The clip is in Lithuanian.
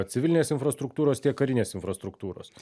civilinės infrastruktūros tiek karinės infrastruktūros